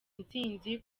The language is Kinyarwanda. intsinzi